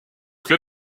club